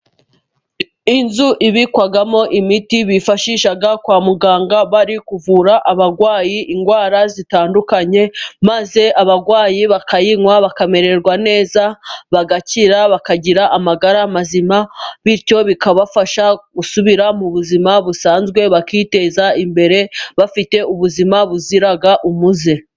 Inzu ibikwamo imiti bifashisha kwa muganga bari kuvura abarwayi indwara zitandukanye ,maze abarwayi bakayinywa bakamererwa neza bagakira, bakagira amagara mazima bityo bikabafasha gusubira mu buzima busanzwe, bakiteza imbere bafite ubuzima buzira umuze.